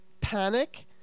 panic